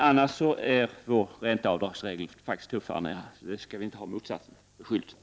Annars är våra avdragsregler rent av tuffare än era, så vi vill inte bli beskyllda för motsatsen.